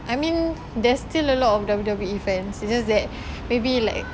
I mean there's still a lot of W_W_E fans it's just that maybe like